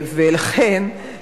לכן,